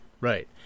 right